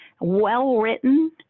well-written